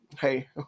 hey